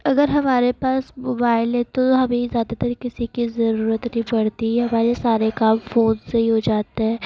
اگر ہمارے پاس موبائل ہے تو ہمیں زیادہ تر کسی کی ضرورت نہیں پڑتی ہے ہمارے سارے کام فون سے ہی ہو جاتے ہیں